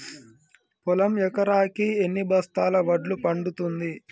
పొలం ఎకరాకి ఎన్ని బస్తాల వడ్లు పండుతుంది?